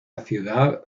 ciudad